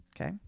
Okay